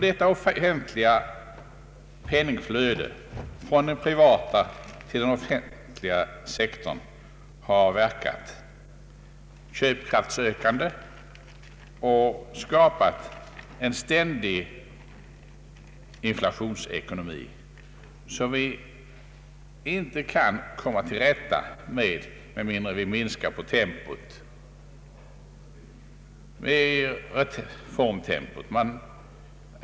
Detta penningflöde — från den privata till den offentliga sektorn — har verkat köpkraftsökande och skapat en ständig inflationsekonomi, som vi inte kan komma till rätta med med mindre än att vi slår av på reformtempot.